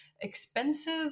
expensive